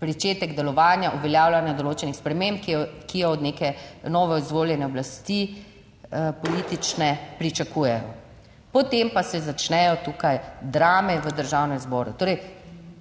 pričetek delovanja, uveljavljanja določenih sprememb, ki jo od neke novoizvoljene oblasti politične pričakujejo. Potem pa se začnejo tukaj drame v Državnem zboru.